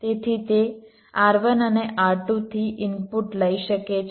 તેથી તે R1 અને R2 થી ઇનપુટ લઈ શકે છે